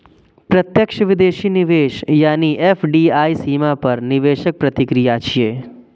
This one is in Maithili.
प्रत्यक्ष विदेशी निवेश यानी एफ.डी.आई सीमा पार निवेशक प्रक्रिया छियै